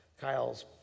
Kyle's